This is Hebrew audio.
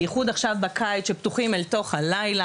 בייחוד עכשיו בקיץ שפתוחים אל תוך הלילה,